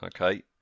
Okay